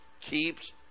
keeps